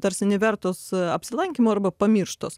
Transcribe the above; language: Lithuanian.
tarsi nevertos apsilankymo arba pamirštos